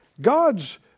God's